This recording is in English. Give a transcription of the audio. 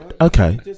Okay